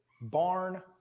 barn